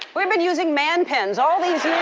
we've been using man pens all these yeah